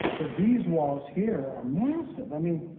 but these walls here are massive. i mean,